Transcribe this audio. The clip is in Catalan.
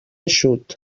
eixut